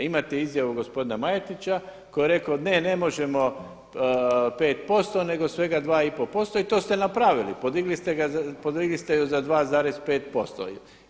Imate izjavu gospodina Majetića koji je rekao ne, ne možemo 5%, nego svega 2,5% i to ste napravili, podigli ste ju za 2,5%